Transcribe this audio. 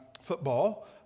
football